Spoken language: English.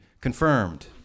confirmed